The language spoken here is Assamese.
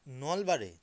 নলবাৰী